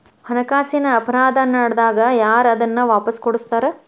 ಹಣಕಾಸಿನ್ ಅಪರಾಧಾ ನಡ್ದಾಗ ಯಾರ್ ಅದನ್ನ ವಾಪಸ್ ಕೊಡಸ್ತಾರ?